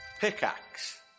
Pickaxe